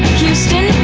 houston